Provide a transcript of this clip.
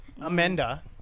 Amanda